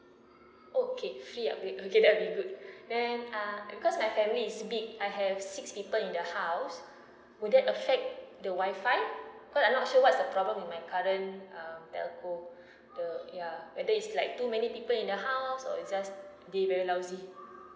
okay free upgrade oh okay that will be good then uh because my family is big I have six people in the house would that affect the wifi because I'm not sure what's the problem with my current um telco the ya whether it's like too many people in the house or is just they very lousy